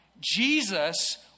Jesus